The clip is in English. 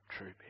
true